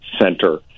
center